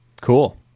Cool